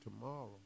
tomorrow